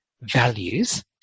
values